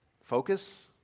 focus